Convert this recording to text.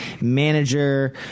manager